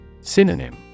Synonym